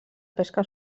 pesca